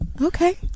Okay